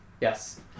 Yes